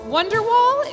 Wonderwall